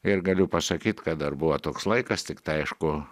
ir galiu pasakyt kad dar buvo toks laikas tiktai aišku